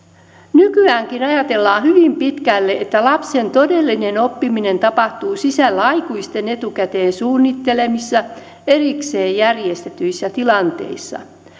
nykyäänkin ajatellaan hyvin pitkälle että lapsen todellinen oppiminen tapahtuu sisällä aikuisten etukäteen suunnittelemissa erikseen järjestetyissä tilanteissa